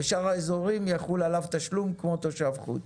ובשאר האזורים יחול עליו תשלום כמו תושב חוץ.